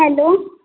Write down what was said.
hello